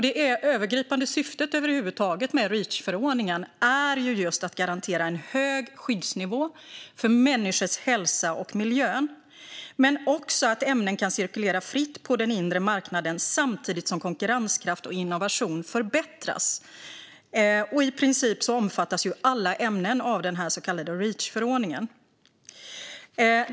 Det övergripande syftet med den så kallade Reachförordningen är att garantera en hög skyddsnivå för människors hälsa och för miljön men också att ämnen kan cirkulera fritt på den inre marknaden samtidigt som konkurrenskraft och innovation förbättras. I princip alla ämnen omfattas av Reachförordningen.